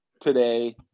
today